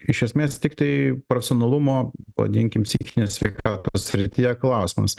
iš esmės tiktai profesionalumo vadinkim psichinės sveikatos srityje klausimas